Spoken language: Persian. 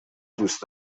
دوست